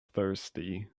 thirsty